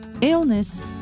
illness